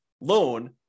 loan